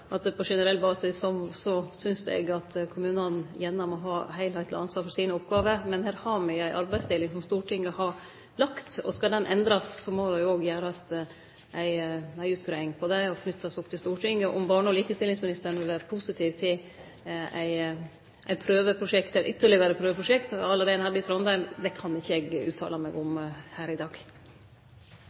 På generell basis synest eg at kommunane gjerne må ha eit heilskapleg ansvar for sine oppgåver. Men her har me ei arbeidsdeling som Stortinget har lagt, og skal ho endrast, må det òg gjerast ei utgreiing om det, som vert knytt opp til Stortinget. Om barne- og likestillingsministeren vil vere positiv til eit prøveprosjekt, eit ytterlegare prøveprosjekt à la det ein hadde i Trondheim, kan ikkje eg uttale meg om her i dag.